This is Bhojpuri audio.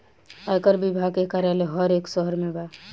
आयकर विभाग के कार्यालय हर एक शहर में बा